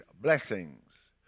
blessings